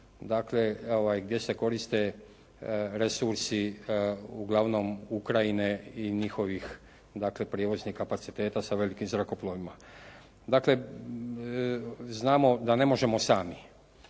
Dakle, gdje se koriste resursi uglavnom Ukrajine i njihovih, dakle prijevoznih kapaciteta sa velikim zrakoplovima. Dakle, znamo da ne možemo sami